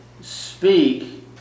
speak